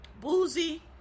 Boozy